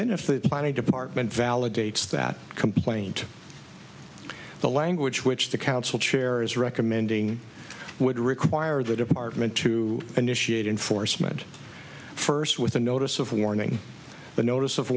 then if the planning department validates that complaint the language which the council chair is recommending would require the department to initiate enforcement first with a notice of warning but notice of